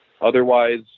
Otherwise